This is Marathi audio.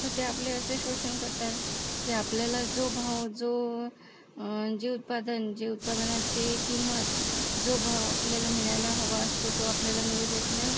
तर ते आपले असे शोषण करतात की आपल्याला जो भाव जो जे उत्पादन जे उत्पादनाचे किंमत जो भाव आपल्याला मिळायला हवा असतो तो आपल्याला मिळू देत नाहीत